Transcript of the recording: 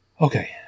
Okay